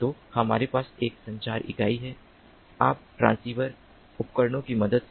तो हमारे पास एक संचार इकाई है आप ट्रांसीवर उपकरणों की मदद से